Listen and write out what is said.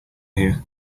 here